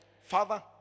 father